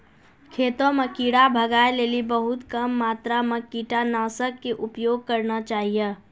खेतों म कीड़ा भगाय लेली बहुत कम मात्रा मॅ कीटनाशक के उपयोग करना चाहियो